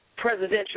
Presidential